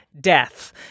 death